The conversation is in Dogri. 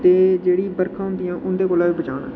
ते जेह्ड़ी बर्खा होंदियां उं'दे कोला बी बचाना